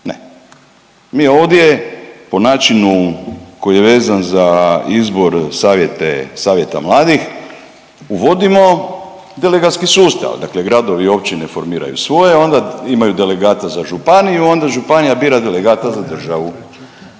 Ne. Mi ovdje po načinu koji je vezan za izbor, savjete, savjeta mladih uvodimo delegatski sustav. Dakle gradovi i općine formiraju svoje, onda imaju delegata za županija, onda županija bira delegata za državu.